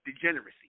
degeneracy